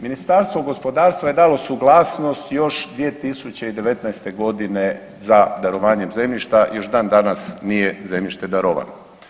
Ministarstvo gospodarstva je dalo suglasnost još 2019. godine za darovanjem zemljišta i još dan danas nije zemljište darovano.